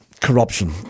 corruption